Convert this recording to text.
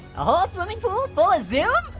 a whole swimming pool full of zoom?